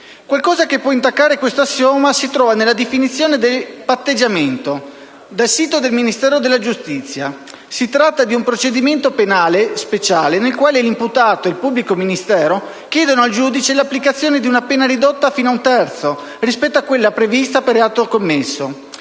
Qualcosa che può intaccare questo assioma si trova nella definizione di «patteggiamento» contenuta nel sito del Ministero della giustizia; si tratta di un procedimento penale speciale nel quale l'imputato e il pubblico ministero chiedono al giudice l'applicazione di una pena ridotta fino ad un terzo rispetto a quella prevista per il reato commesso.